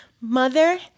Mother